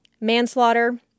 manslaughter